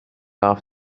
off